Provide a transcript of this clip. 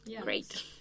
great